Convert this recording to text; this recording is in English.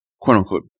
quote-unquote